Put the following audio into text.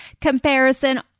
comparison